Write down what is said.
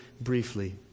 briefly